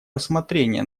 рассмотрения